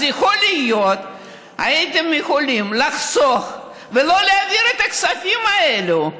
יכול להיות שהייתם יכולים לחסוך ולא להעביר את הכספים האלה,